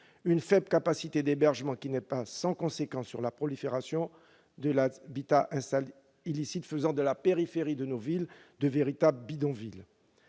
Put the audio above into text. Cette faible capacité d'hébergement n'est pas sans conséquence sur la prolifération de l'habitat illicite, qui transforme la périphérie de nos villes en véritables bidonvilles.